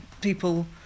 people